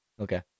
okay